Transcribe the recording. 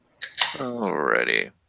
Alrighty